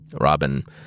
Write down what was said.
robin